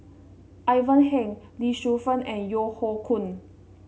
Ivan Heng Lee Shu Fen and Yeo Hoe Koon